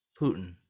Putin